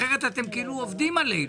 אחרת אתם כאילו עובדים עלינו.